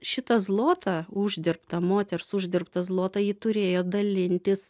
šitą zlotą uždirbtą moters uždirbtą zlotą ji turėjo dalintis